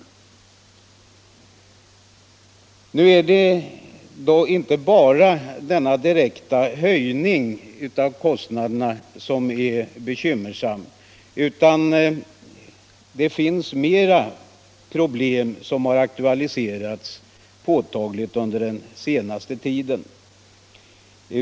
Nu är det emellertid inte bara denna direkta höjning av kostnaderna som är bekymmersam, utan det finns också flera andra problem, som har aktualiserats påtagligt under den senaste tiden.